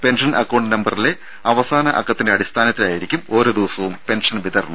pension account നമ്പറിലെ അവസാന അക്കത്തിന്റെ അടിസ്ഥാനത്തിലായിരിക്കും ഓരോ ദിവസവും പെൻഷൻ വിതരണം